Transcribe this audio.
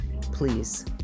please